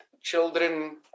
children